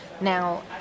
Now